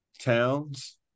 Towns